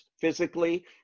physically